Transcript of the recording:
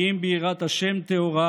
כי אם ביראת ה' טהורה